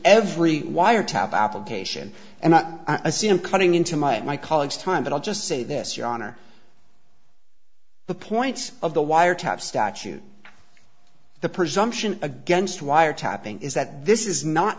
every wiretap application and not assume coming into my my colleague's time but i'll just say this your honor the points of the wiretap statute the presumption against wiretapping is that this is not